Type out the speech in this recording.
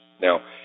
Now